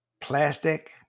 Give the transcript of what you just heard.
plastic